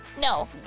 No